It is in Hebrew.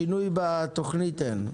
שינוי בתוכנית אין,